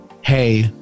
Hey